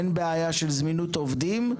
אין בעיה של זמינות עובדים,